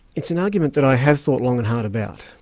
it's an argument that i have thought long and hard about,